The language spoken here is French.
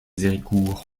héricourt